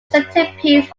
centerpiece